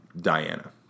Diana